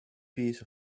piece